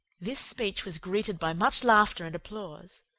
this speech was greeted by much laughter and applause.